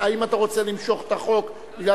האם אתה רוצה למשוך את החוק מפני,